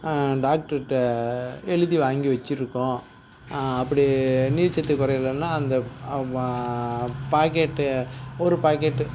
டாக்டர்கிட்ட எழுதி வாங்கி வச்சிருக்கோம் அப்படி நீர்ச்சத்து குறையலன்னா அந்த வ பாக்கெட்டு ஒரு பாக்கெட்டு